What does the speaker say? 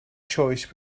choice